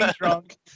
drunk